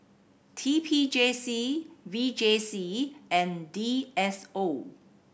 T P J C V J C and D S O